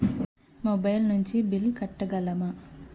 Mobile నుంచి bill కట్టగలమ?